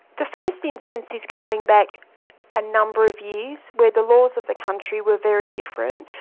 the first instance is going back a number of years where the laws of the country were very different.